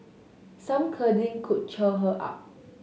some cuddling could cheer her up